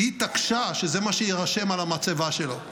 -- היא התעקשה שזה מה שיירשם על המצבה שלו.